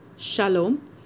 Shalom